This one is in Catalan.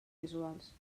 visuals